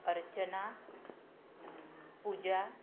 Archana Pooja